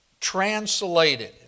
translated